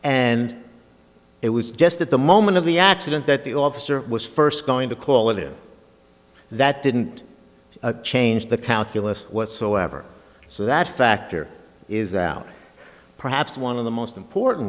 and it was just at the moment of the accident that the officer was first going to call it that didn't change the calculus whatsoever so that factor is out perhaps one of the most important